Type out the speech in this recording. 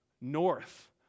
north